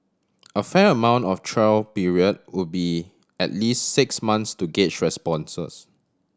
a fair amount of trial period would be at least six months to gauge responses